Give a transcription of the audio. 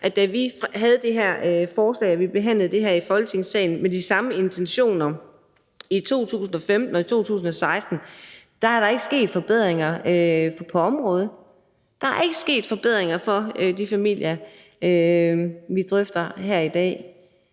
siden vi havde det her forslag og behandlede det her i Folketingssalen med de samme intentioner i 2015 og i 2016, ikke er sket forbedringer på området. Der er ikke sket forbedringer for de familier, vi drøfter her i dag.